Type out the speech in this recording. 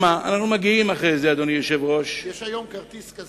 יש היום כרטיס כזה,